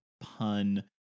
pun